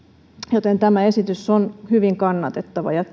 joten tämä esitys on hyvin kannatettava ja